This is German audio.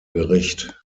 gericht